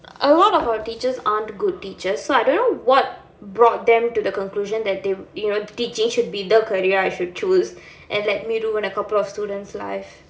a lot of our teachers aren't good teachers so I don't know what brought them to the conclusion that they you know teaching should be the career I should choose and let me ruin a couple of student's life